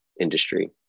industry